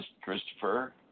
Christopher